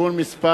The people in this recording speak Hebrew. (תיקון מס'